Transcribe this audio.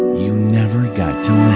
you never got to